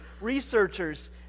Researchers